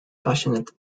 passionate